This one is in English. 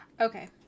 okay